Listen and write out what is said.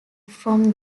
from